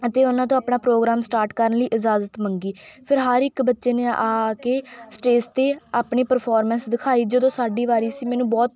ਅਤੇ ਉਨ੍ਹਾਂ ਤੋਂ ਆਪਣਾ ਪ੍ਰੋਗਰਾਮ ਸਟਾਟ ਕਰਨ ਲਈ ਇਜਾਜ਼ਤ ਮੰਗੀ ਫਿਰ ਹਰ ਇਕ ਬੱਚੇ ਨੇ ਆ ਆ ਕੇ ਸਟੇਜ 'ਤੇ ਆਪਣੀ ਪ੍ਰਫੋਰਮੈਂਸ ਦਿਖਾਈ ਜਦੋਂ ਸਾਡੀ ਵਾਰੀ ਸੀ ਮੈਨੂੰ ਬਹੁਤ